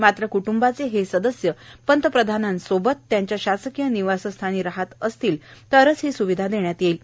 मात्र कुटुंबाचे हे सदस्य पंतप्रधानांसोबत त्यांच्या शासकीय निवासस्थानी राहत असतील तरच ही सुरक्षा देण्यात येईल